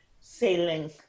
Sailing